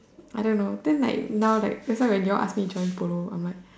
I don't know then like now like that's why when y'all ask me join polo I'm like